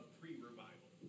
pre-revival